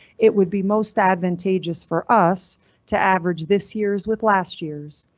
it would be most advantageous for us to average this year's with last years,